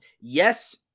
Yes